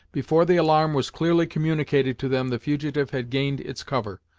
before the alarm was clearly communicated to them the fugitive had gained its cover.